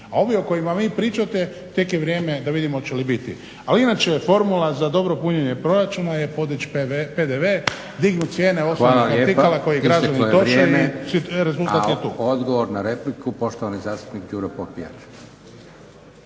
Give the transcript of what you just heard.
A ovi o kojima vi pričate tek je vrijeme da vidimo hoće li biti. Ali inače formula za dobro punjenje proračuna je podići PDV, dignuti cijene osnovnih artikala koji građani troše i rezultat je tu.